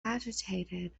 agitated